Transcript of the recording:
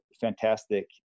fantastic